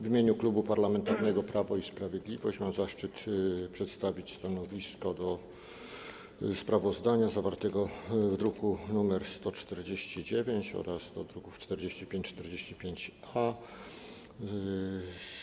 W imieniu Klubu Parlamentarnego Prawo i Sprawiedliwość mam zaszczyt przedstawić stanowisko wobec sprawozdania zawartego w druku nr 122 oraz wobec druków nr 45 i 45-A.